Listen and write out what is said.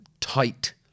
tight